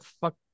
fuck